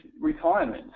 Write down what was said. retirement